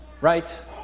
right